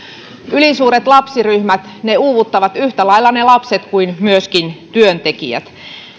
ylisuuret lapsiryhmät uuvuttavat yhtä lailla ne lapset kuin myöskin työntekijät